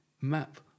map